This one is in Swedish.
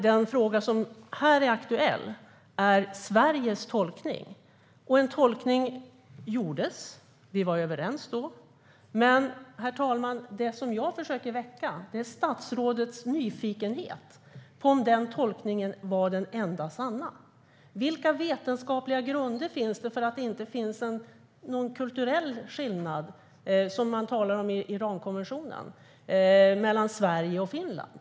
Den fråga som här är aktuell är dock Sveriges tolkning. En tolkning gjordes, och vi var överens då. Men det jag försöker väcka, herr talman, är statsrådets nyfikenhet på om den tolkningen var den enda sanna. Vilka vetenskapliga grunder finns det för att säga att det inte finns en kulturell skillnad, som man talar om i ramkonventionen, mellan Sverige och Finland?